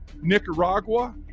Nicaragua